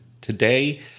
Today